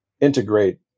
integrate